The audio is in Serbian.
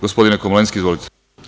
Gospodine Komlenski, izvolite.